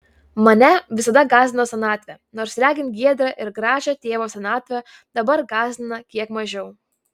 mane visada gąsdino senatvė nors regint giedrą ir gražią tėvo senatvę dabar gąsdina kiek mažiau